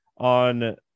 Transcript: On